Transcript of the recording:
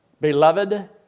Beloved